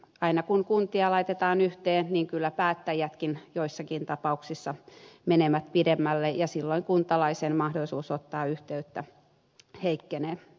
aina kun kuntia laitetaan yhteen kyllä päättäjätkin joissakin tapauksissa menevät pidemmälle ja silloin kuntalaisen mahdollisuus ottaa yhteyttä heikkenee